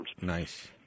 Nice